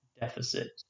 deficit